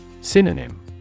Synonym